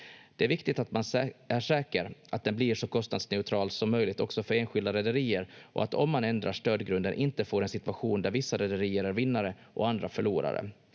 Det är viktigt att man är säker att den blir så kostnadsneutral som möjligt också för enskilda rederier och att man, om man ändrar stödgrunden, inte får en situation där vissa rederier är vinnare och andra förlorare.